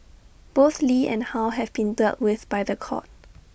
both lee and how have been dealt with by The Court